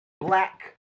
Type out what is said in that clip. black